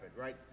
right